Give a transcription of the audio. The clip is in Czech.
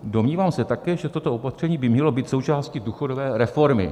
Domnívám se také, že toto opatření by mělo být součástí důchodové reformy.